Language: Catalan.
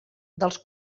dels